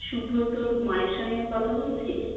সুব্রতর মায়ের সঙ্গে কথা বলছি